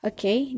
Okay